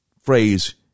phrase